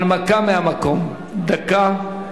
הנמקה מהמקום, דקה.